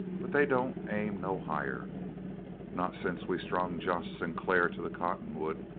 but they don't aim no higher not since we strung josh sinclair to the cottonwood.